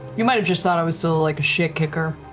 you might've just thought i was still like a shit-kicker